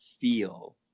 feel